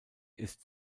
ist